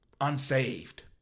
unsaved